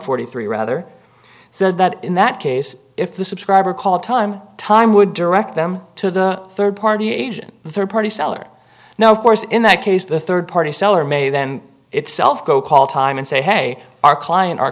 forty three rather so that in that case if the subscriber called time time would direct them to the third party agent the third party seller now of course in that case the third party seller may then itself go call time and say hey our client our